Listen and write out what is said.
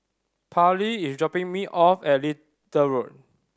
Pairlee is dropping me off at Little Road